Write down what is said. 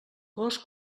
gos